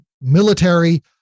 military